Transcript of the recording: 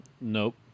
Nope